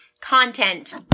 content